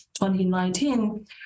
2019